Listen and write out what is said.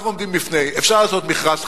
אפשר לעשות מכרז חדש,